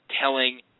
telling